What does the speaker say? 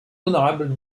honorable